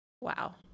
Wow